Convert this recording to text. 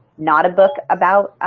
not a book about